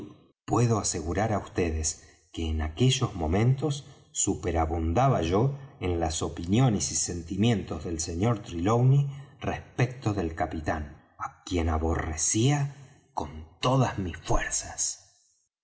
puedo asegurar á vds que en aquellos momentos superabundaba yo en las opiniones y sentimientos del sr trelawney respecto del capitán á quien aborrecía con todas mis fuerzas